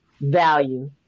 value